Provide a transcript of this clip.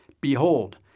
Behold